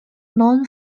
known